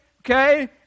okay